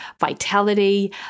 vitality